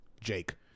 Jake